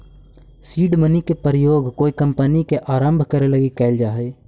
seed money के प्रयोग कोई कंपनी के आरंभ करे लगी कैल जा हई